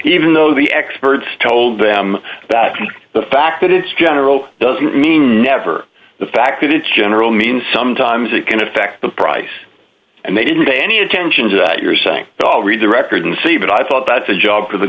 even though the experts told them that the fact that it's general doesn't mean never the fact that it's general means sometimes it can affect the price and they didn't pay any attention to that you're saying i'll read the record and see but i thought that's a job